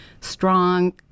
strong